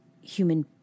human